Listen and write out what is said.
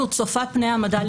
הנחיות.